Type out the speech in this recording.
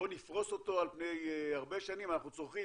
בו נפרוס על פני הרבה שנים, אנחנו צורכים